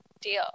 Deal